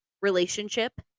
relationship